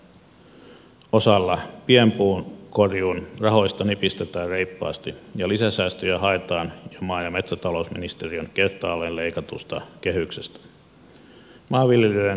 maa ja metsätalouden osalla pienpuun korjuun rahoista nipistetään reippaasti ja lisäsäästöjä haetaan maa ja metsätalousministeriön kertaalleen leikatusta kehyksestä